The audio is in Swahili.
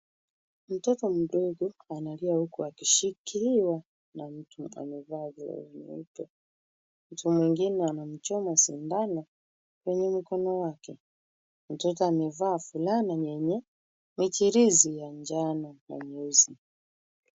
Mtoto mdogo analia huku akishikiliwa na mtu amevaa glovu nyeupe. Mtu mwingine anamchoma sindano kwenye mkono wake. Mtoto amevaa fulana yenye michirizi ya njano na nyeusi.